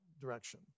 direction